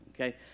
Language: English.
Okay